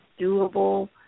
doable